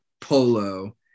polo